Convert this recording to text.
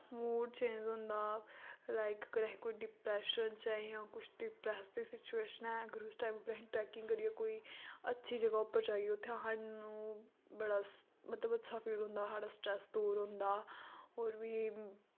mood change होंदा like अगर असी कोई डिप्रैशन च ऐ यां कुछ डिप्रेसिव सिचुएशन ऐ अगर उस टाइम उप्पर असीं ट्रैकिंग करियै कोई अच्छी जगाह् उप्पर जाइयै उत्थै साह्नू बड़ा स मतलव अच्छा फील होंदा साढ़ा स्ट्रैस दूर होंदा और वी